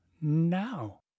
now